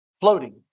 floating